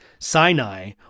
sinai